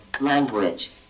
Language